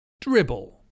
Dribble